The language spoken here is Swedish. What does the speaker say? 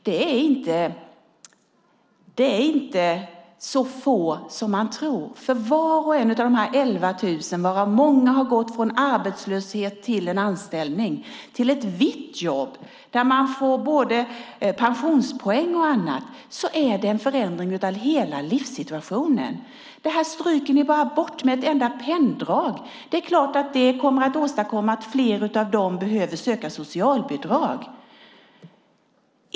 Det är inte så få som man tror, därför att för var och en av dessa 11 000 personer, varav många har gått från arbetslöshet till anställning, till ett vitt jobb där man får både pensionspoäng och annat, är det en förändring av hela livssituationen. Detta stryker ni bara bort med ett enda penndrag. Det är klart att det kommer att innebära att fler av dem behöver söka socialbidrag.